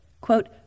quote